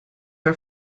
are